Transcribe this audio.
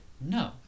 No